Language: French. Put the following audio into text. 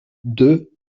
deux